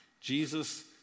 Jesus